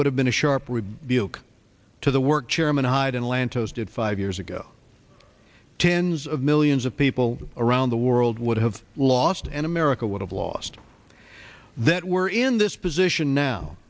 would have been a sharp rebuke to the work chairman hyde and lantos did five years ago tens of millions of people around the world would have lost and america would have lost that we're in this position now